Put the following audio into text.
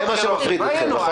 זה מה שמפחיד אתכם, נכון?